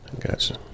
Gotcha